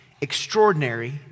Extraordinary